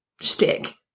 stick